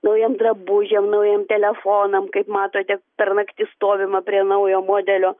naujiem drabužiam naujiem telefonam kaip matote per naktis stovima prie naujo modelio